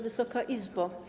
Wysoka Izbo!